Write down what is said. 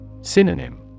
Synonym